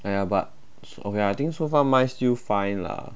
!aiya! but okay lah I think so far mine still fine lah